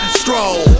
stroll